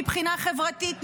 מבחינה חברתית,